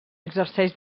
exerceix